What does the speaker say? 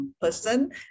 person